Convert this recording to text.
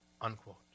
Unquote